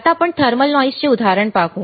आता आपण thermal noise चे उदाहरण पाहू